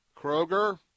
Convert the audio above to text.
Kroger